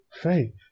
faith